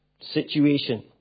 situation